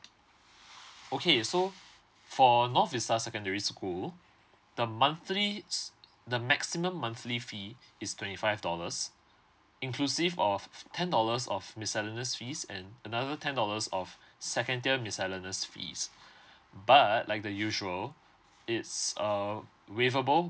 okay so for north vista secondary school the monthly the maximum monthly fee is twenty five dollars inclusive of ten dollars of miscellaneous fees and another ten dollars of second tier miscellaneous fees but like the usual it's uh waivable